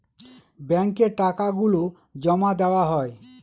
ব্যাঙ্কে টাকা গুলো জমা দেওয়া হয়